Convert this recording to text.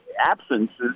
absences